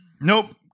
Nope